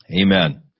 Amen